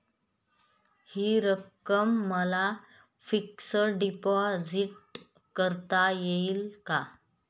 हि रक्कम मला फिक्स डिपॉझिट करता येईल का?